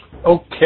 Okay